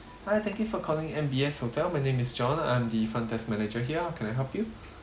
hi thank you for calling M_B_S hotel my name is john I'm the front desk manager here can I help you